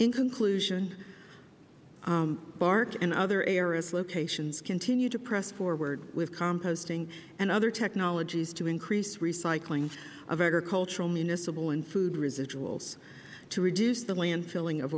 in conclusion barc and other ars locations continue to press forward with composting and other technologies to increase recycling of agricultural municipal and food residuals to reduce the landfilling of